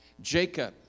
Jacob